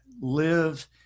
live